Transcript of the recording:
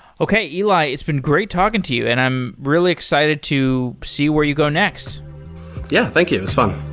okay, eli, it's been great talking to you, and i'm really excited to see where you go next yeah, thank you. it was fun.